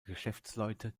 geschäftsleute